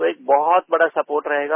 तो एक बहुत बड़ा सपोर्ट रहेगा